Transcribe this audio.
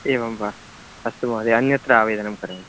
एवं वा अस्तु महोदय अन्यत्र आवेदनं करोमि